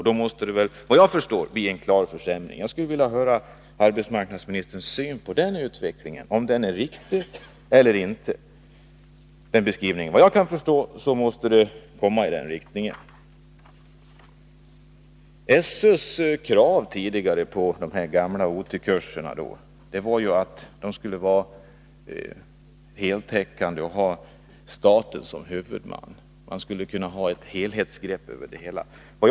Då måste det väl, såvitt jag förstår, bli en klar försämring. Jag skulle vilja höra hur arbetsmarknadsministern ser på den beskrivningen — om den är riktig eller inte. Såvitt jag förstår måste utvecklingen gå i den riktningen. SÖ:s tidigare krav på de gamla OT-kurserna var ju att de skulle vara heltäckande och ha staten som huvudman. Man skulle kunna ha ett helhetsgrepp över verksamheten.